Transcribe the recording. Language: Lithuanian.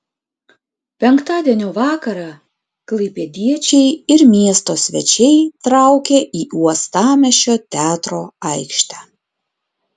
penktadienio vakarą klaipėdiečiai ir miesto svečiai traukė į uostamiesčio teatro aikštę